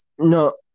no